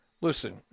listen